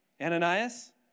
Ananias